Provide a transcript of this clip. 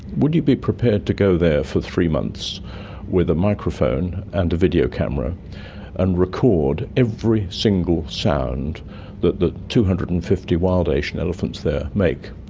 would you be prepared to go there for three months with a microphone and a video camera and record every single sound that the two hundred and fifty wild asian elephants there make?